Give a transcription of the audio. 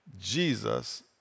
Jesus